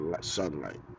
sunlight